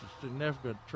significant